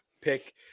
pick